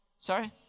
Sorry